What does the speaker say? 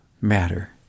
matter